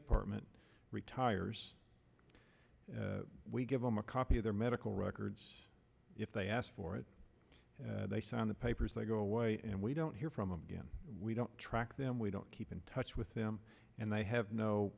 department retires we give them a copy of their medical records if they ask for it they sign the papers they go away and we don't hear from again we don't track them we don't keep in touch with them and they have no